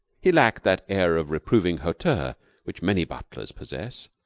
he lacked that air of reproving hauteur which many butlers possess,